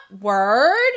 word